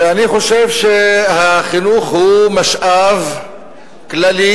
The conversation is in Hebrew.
ואני חושב שהחינוך הוא משאב כללי,